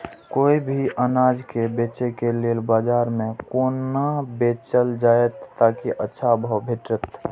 कोय भी अनाज के बेचै के लेल बाजार में कोना बेचल जाएत ताकि अच्छा भाव भेटत?